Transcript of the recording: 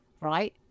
right